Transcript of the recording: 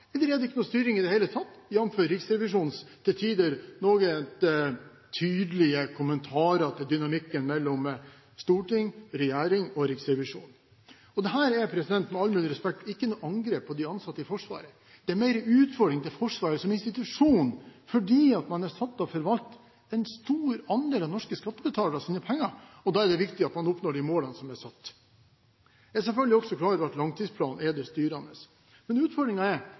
på de ansatte i Forsvaret. Det er mer en utfordring til Forsvaret som institusjon, fordi man er satt til å forvalte en stor andel av de norske skattebetalernes penger, og da er det viktig at man oppnår de målene som er satt. Jeg er selvfølgelig også klar over at langtidsplanen er det styrende, men utfordringene er: